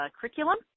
curriculum